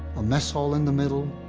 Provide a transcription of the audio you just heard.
a mess hall in the middle,